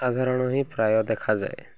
ସାଧାରଣ ହିଁ ପ୍ରାୟ ଦେଖାଯାଏ